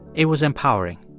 it was empowering.